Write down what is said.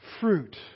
fruit